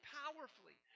powerfully